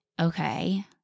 okay –